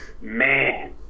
man